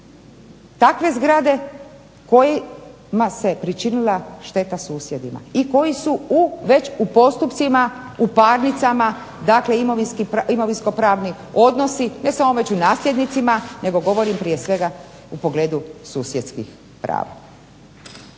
takve zgrade kojima se pričinila šteta susjedima i koji su već u postupcima u parnicama, dakle imovinsko-pravni odnosi ne samo među nasljednicima nego govorim prije svega u pogledu susjedskih prava.